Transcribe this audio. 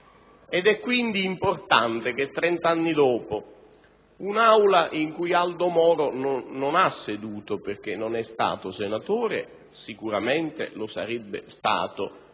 Ed è quindi importante che trent'anni dopo, in un'Aula in cui Aldo Moro non ha seduto perché non è stato senatore, (sicuramente lo sarebbe stato,